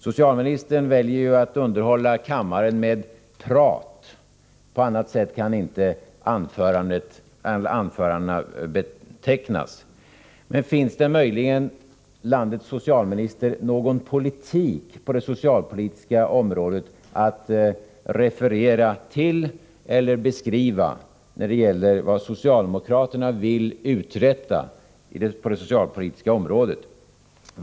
Socialministern väljer att underhålla kammaren med prat. På annat sätt kan inte hans anföranden betecknas. Finns det möjligen, landets socialminister, någon socialdemokratisk politik på det socialpolitiska området att referera till eller beskriva? Vad vill socialdemokraterna uträtta på det socialpolitiska området?